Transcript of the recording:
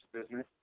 business